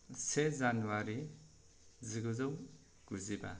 से जानुवारि जिगुजौ गुजिबा